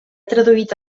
traduït